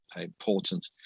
important